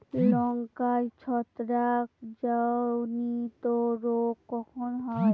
লঙ্কায় ছত্রাক জনিত রোগ কখন হয়?